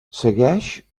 segueix